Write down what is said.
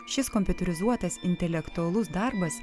šis kompiuterizuotas intelektualus darbas